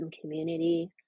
community